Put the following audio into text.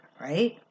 right